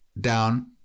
down